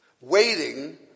Waiting